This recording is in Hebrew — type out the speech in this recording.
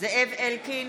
זאב אלקין,